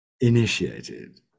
initiated